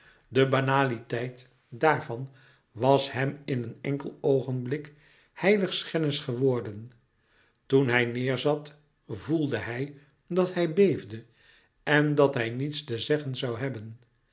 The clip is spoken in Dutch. de banaliteit daarvan was hem in een enkel oogenblik heiligschennis geworden toen hij neêrzat voelde hij dat hij beefde en dat hij niets te zeggen zoû hebben